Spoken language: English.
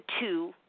two